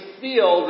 feel